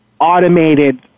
automated